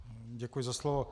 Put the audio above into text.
Děkuji za slovo.